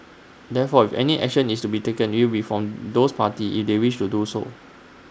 therefore if any action is to be taken IT would be from those parties if they wish to do so